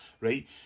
right